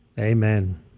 Amen